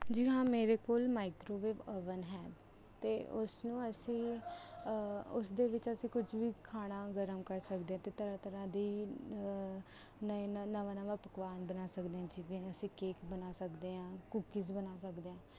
ਜੀ ਹਾਂ ਮੇਰੇ ਕੋਲ ਮਾਈਕਰੋਵੇਵ ਉਵਨ ਹੈ ਅਤੇ ਉਸਨੂੰ ਅਸੀਂ ਉਸਦੇ ਵਿੱਚ ਅਸੀਂ ਕੁਝ ਵੀ ਖਾਣਾ ਗਰਮ ਕਰ ਸਕਦੇ ਹਾਂ ਅਤੇ ਤਰ੍ਹਾਂ ਤਰ੍ਹਾਂ ਦੀ ਨਈ ਨਵਾਂ ਨਵਾਂ ਪਕਵਾਨ ਬਣਾ ਸਕਦੇ ਹਾਂ ਜਿਵੇਂ ਅਸੀਂ ਕੇਕ ਬਣਾ ਸਕਦੇ ਹਾਂ ਕੂਕੀਜ਼ ਬਣਾ ਸਕਦੇ ਹਾਂ